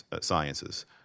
sciences